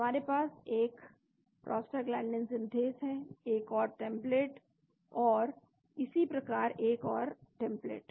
हमारे पास एक प्रोस्टाग्लैंडीन सिंथेस है एक और टेम्पलेट इसी प्रकार एक और टेम्पलेट